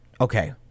okay